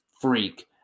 freak